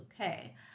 okay